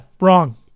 wrong